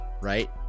right